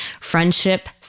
Friendship